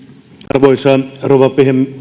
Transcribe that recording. arvoisa rouva